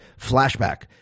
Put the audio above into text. flashback